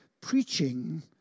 preaching